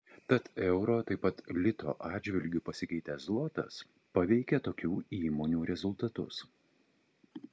tad euro taip pat lito atžvilgiu pasikeitęs zlotas paveikia tokių įmonių rezultatus